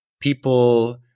people